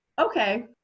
okay